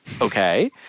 okay